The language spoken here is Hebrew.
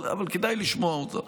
אבל כדאי לשמוע אותה.